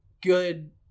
good